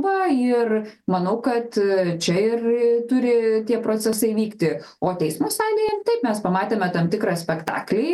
va ir manau kad čia ir turi tie procesai vykti o teismo salėje taip mes pamatėme tam tikrą spektaklį